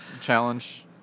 challenge